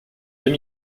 deux